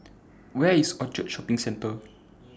Where IS Orchard Shopping Centre